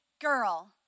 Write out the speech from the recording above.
girl